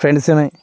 ఫ్రెండ్స్ని